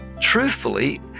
Truthfully